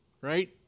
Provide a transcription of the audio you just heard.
right